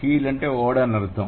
కీల్ అంటే ఓడ అని అర్థం